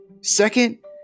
Second